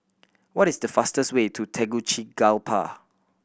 what is the fastest way to Tegucigalpa